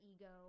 ego